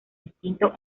instinto